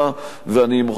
ואני מוכרח להעיר כאן,